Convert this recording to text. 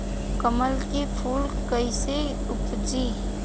कमल के फूल कईसे उपजी?